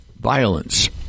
violence